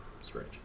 strange